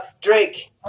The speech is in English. drake